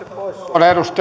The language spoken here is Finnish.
arvoisa